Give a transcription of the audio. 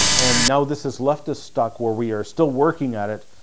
and now this has left us stuck where we are still working at it,